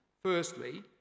Firstly